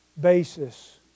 basis